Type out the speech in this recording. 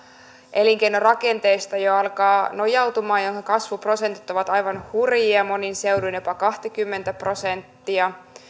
elinkeinorakenteesta jo alkaa nojautumaan ja jonka kasvuprosentit ovat aivan hurjia monin seuduin jopa kahtakymmentä prosenttia